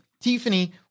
Tiffany